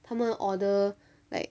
他们 order like